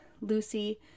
Lucy